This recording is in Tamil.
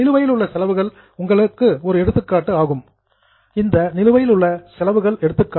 நிலுவையிலுள்ள செலவுகளுக்கு உங்களால் ஒரு எடுத்துக்காட்டு கூற முடியுமா